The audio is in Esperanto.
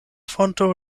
fonto